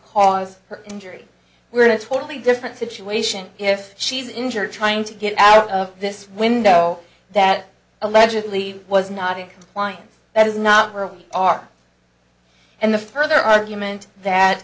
her injury we're in a totally different situation if she's injured trying to get out of this window that allegedly was not in compliance that is not where we are and the further argument that